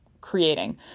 creating